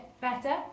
better